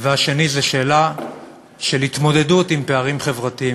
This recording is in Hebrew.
והשני זה התמודדות עם פערים חברתיים.